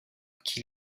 qui